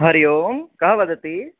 हरि ओं कः वदति